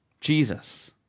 Jesus